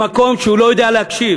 ממקום שהוא לא יודע להקשיב,